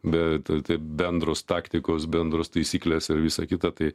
bet tai bendros taktikos bendros taisyklės ir visa kita tai